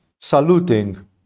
saluting